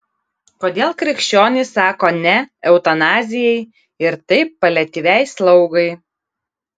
kodėl krikščionys sako ne eutanazijai ir taip paliatyviai slaugai